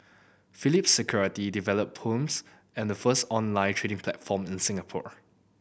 Phillip Securities developed Poems the first online trading platform in Singapore